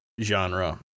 genre